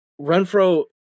Renfro